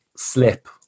slip